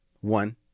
One